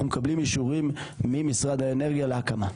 מקבלים אישורים ממשרד האנרגיה להקמה.